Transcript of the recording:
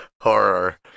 horror